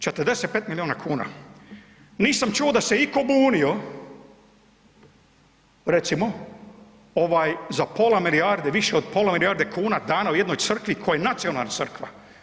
45 milijuna kuna, nisam čuo da se iko bunio recimo ovaj za pola milijarde, više od pola milijarde kuna dano jednoj crkvi koja je nacionalna crkva.